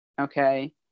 Okay